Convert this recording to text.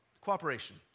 cooperation